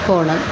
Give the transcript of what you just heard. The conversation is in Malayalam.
പോകണം